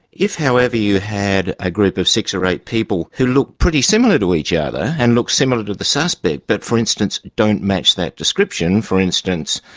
if however you had a group of six or eight people who look pretty similar to each other, and look similar to the suspect, but for instance don't match that description, for instance,